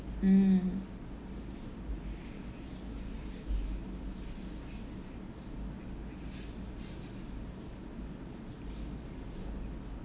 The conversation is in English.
mm